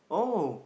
oh